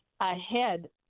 ahead